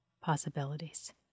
possibilities